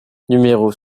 numéros